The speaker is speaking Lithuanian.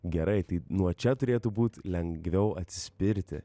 gerai tai nuo čia turėtų būt lengviau atsispirti